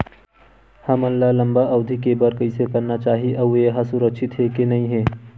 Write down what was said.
हमन ला लंबा अवधि के बर कइसे करना चाही अउ ये हा सुरक्षित हे के नई हे?